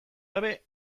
gabe